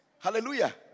Hallelujah